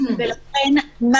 לכן פה